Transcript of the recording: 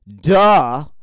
Duh